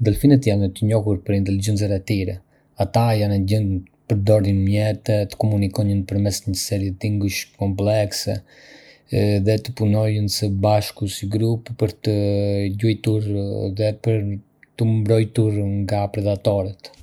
Delfinët janë të njohur për inteligjencën e tyre. Ata janë në gjendje të përdorin mjete, të komunikojnë përmes një serie tingujsh kompleksë dhe të punojnë së bashku si grup për të gjuajtur dhe për t'u mbrojtur nga predatoret